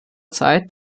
zeit